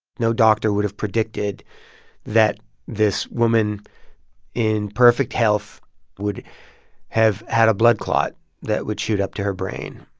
no doctor would've predicted that this woman in perfect health would have had a blood clot that would shoot up to her brain.